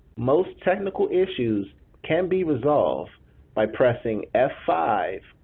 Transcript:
most technical issues can be resolved by pressing f five,